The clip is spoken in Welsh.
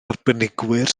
arbenigwyr